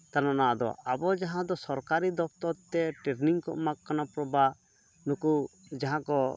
ᱛᱟᱦᱚᱞᱮ ᱚᱱᱟ ᱟᱫᱚ ᱟᱵᱚ ᱡᱟᱦᱟᱸ ᱫᱚ ᱥᱚᱨᱠᱟᱨᱤ ᱫᱚᱯᱛᱚᱨ ᱛᱮ ᱴᱨᱮᱱᱤᱝ ᱠᱚ ᱮᱢᱟ ᱠᱚ ᱠᱟᱱᱟ ᱯᱚᱨᱵᱟ ᱱᱩᱠᱩ ᱡᱟᱦᱟᱸ ᱠᱚ